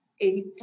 eight